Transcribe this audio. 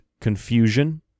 confusion